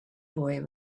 boy